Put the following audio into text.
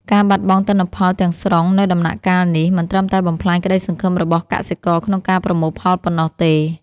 ការបាត់បង់ទិន្នផលទាំងស្រុងនៅដំណាក់កាលនេះ មិនត្រឹមតែបំផ្លាញក្តីសង្ឃឹមរបស់កសិករក្នុងការប្រមូលផលប៉ុណ្ណោះទេ។